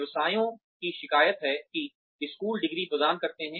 व्यवसायों की शिकायत है कि स्कूल डिग्री प्रदान करते हैं